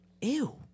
Ew